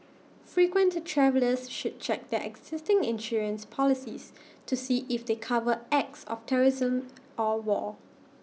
frequent travellers should check their existing insurance policies to see if they cover acts of terrorism or war